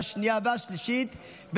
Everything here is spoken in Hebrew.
13 בעד.